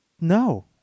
No